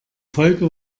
folge